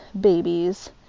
babies